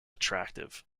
attractive